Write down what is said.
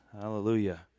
Hallelujah